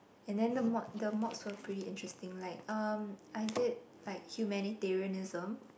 and then the mod the mods were pretty interesting like um I did like humanitarianism